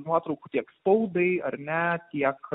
nuotraukų tiek spaudai ar ne tiek